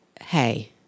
hey